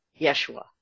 Yeshua